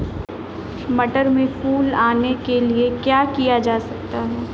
मटर में फूल आने के लिए क्या किया जा सकता है?